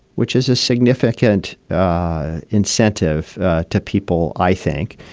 which is a significant incentive to people, i think.